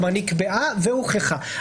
כלומר, נקבעה והוכחה.